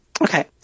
Okay